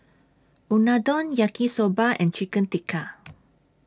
Unadon Yaki Soba and Chicken Tikka